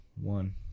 one